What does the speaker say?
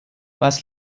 was